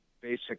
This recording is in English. basic